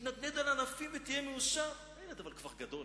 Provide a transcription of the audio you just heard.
ותתנדנד על הענפים ותהיה מאושר'." אבל הילד כבר גדול.